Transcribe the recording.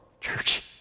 church